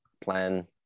plan